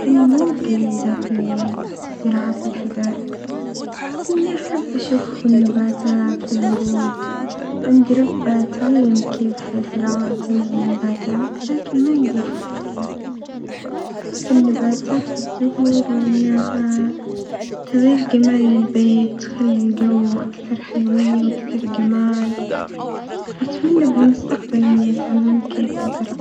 أني مو جيدة في زراعة الحدائق بس إني أحب أشوف النباتات والورود، عندي رغبة أتعلم كيف زراعة النباتات لكن ما عندي خبرة كافية، أحب النباتات والزهور لأنها تظيف جمال للبيت وتخلي الجو أكثر حيوية وأكثر جمال وأتمنى بالمستقبل إني أتعلم كيف أزرع.